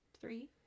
three